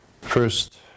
First